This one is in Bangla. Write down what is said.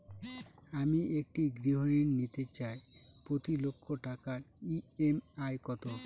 আমি একটি গৃহঋণ নিতে চাই প্রতি লক্ষ টাকার ই.এম.আই কত?